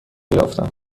یافتم